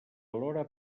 alhora